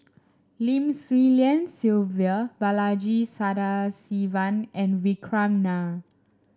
Lim Swee Lian Sylvia Balaji Sadasivan and Vikram Nair